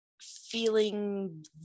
feeling